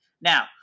Now